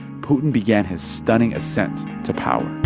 putin began his stunning ascent to power